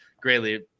greatly